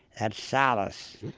that solace.